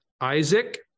Isaac